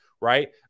right